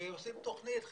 ועושים תוכנית שחלקה,